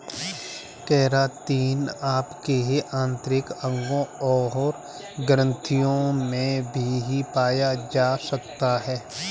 keratin आपके आंतरिक अंगों और ग्रंथियों में भी पाया जा सकता है